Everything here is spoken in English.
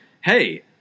hey